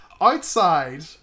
Outside